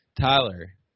Tyler